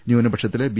ന്യൂനപക്ഷത്തിലെ B